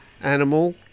animal